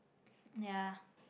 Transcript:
ya